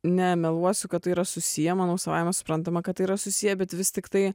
nemeluosiu kad tai yra susiję manau savaime suprantama kad yra susiję bet vis tiktai